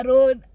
Road